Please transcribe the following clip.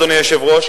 אדוני היושב-ראש,